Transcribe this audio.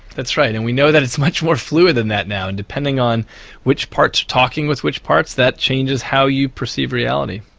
that's right and we know that it's much more fluid than that now, and depending on which parts are talking with which parts, that changes how you perceive reality.